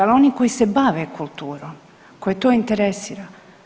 Ali oni koji se bave kulturom, koje to interesira.